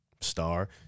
star